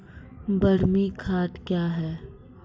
बरमी खाद कया हैं?